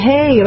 Hey